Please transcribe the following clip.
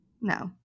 No